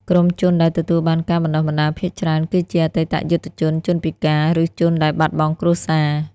ក្រុមជនដែលទទួលបានការបណ្តុះបណ្តាលភាគច្រើនគឺជាអតីតយុទ្ធជន ជនពិការ ឬជនដែលបាត់បង់គ្រួសារ។